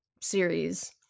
series